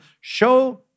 show